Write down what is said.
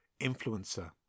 influencer